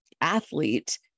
athlete